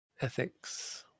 ethics